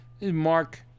Mark